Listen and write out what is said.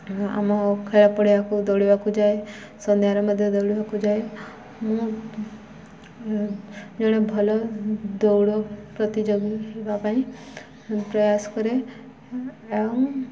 ଆମ ଖେଳ ପଡ଼ିବାକୁ ଦୌଡ଼ିବାକୁ ଯାଏ ସନ୍ଧ୍ୟାରେ ମଧ୍ୟ ଦୌଡ଼ିବାକୁ ଯାଏ ମୁଁ ଜଣେ ଭଲ ଦୌଡ଼ ପ୍ରତିଯୋଗୀ ହେବା ପାଇଁ ପ୍ରୟାସ କରେ ଆଉ